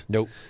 Nope